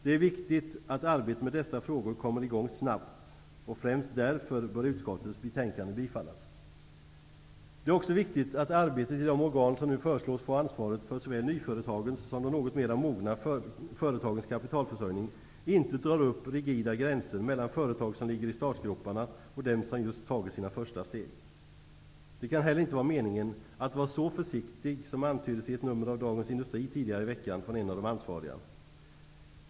Det är viktigt att arbetet med dessa frågor kommer i gång snabbt, och det är främst därför som hemställan i utskottets betänkande bör bifallas. Det är också viktigt att arbetet i de organ som nu föreslås få ansvaret för såväl nyföretagens som de något mera mogna företagens kapitalförsörjning inte drar upp rigida gränser mellan företag som ligger i startgroparna och de företag som just har tagit sina första steg. Det kan inte heller vara meningen att vara så försiktig som antyddes i ett nummer av Dagens industri tidigare i veckan från en av de ansvariga.